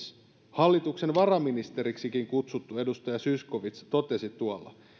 hallituksen varaministeriksikin kutsuttu edustaja zyskowicz totesi tuolla